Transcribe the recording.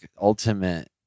ultimate